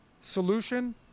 solution